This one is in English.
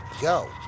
go